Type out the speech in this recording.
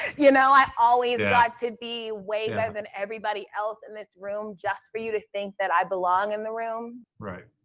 you know, i always got to be way better than everybody else in this room, just for you to think that i belong in the room. right.